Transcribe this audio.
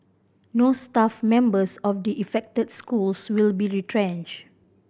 no staff members of the affected schools will be retrench